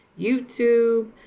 youtube